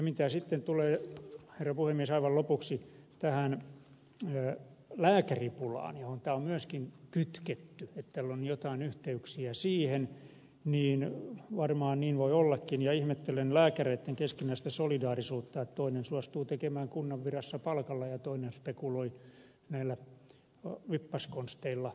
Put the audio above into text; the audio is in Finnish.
mitä sitten tulee herra puhemies aivan lopuksi tähän lääkäripulaan johon tämä on myöskin kytketty että tällä on jotain yhteyksiä siihen niin varmaan niin voi ollakin ja ihmettelen lääkäreitten keskinäistä solidaarisuutta että toinen suostuu tekemään kunnan virassa palkalla ja toinen spekuloi näillä vippaskonsteilla